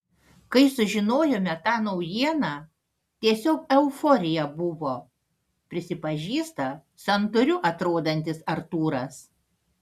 kai sužinojome tą naujieną tiesiog euforija buvo prisipažįsta santūriu atrodantis artūras